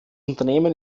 unternehmen